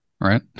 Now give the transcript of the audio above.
right